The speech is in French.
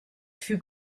fut